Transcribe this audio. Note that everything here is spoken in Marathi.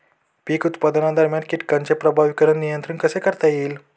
पीक उत्पादनादरम्यान कीटकांचे प्रभावीपणे नियंत्रण कसे करता येईल?